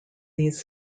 these